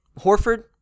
Horford